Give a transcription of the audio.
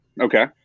Okay